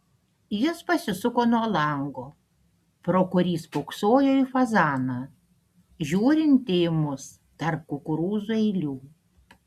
jis pasisuko nuo lango pro kurį spoksojo į fazaną žiūrintį į mus tarp kukurūzų eilių